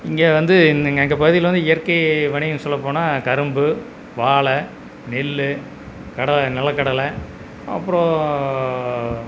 இங்கே வந்து என் எங்க எங்கள் பகுதியில் வந்து இயற்கை வணிகம் சொல்ல போனால் கரும்பு வாழை நெல் கடலை நிலக்கடலை அப்பறம்